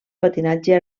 patinatge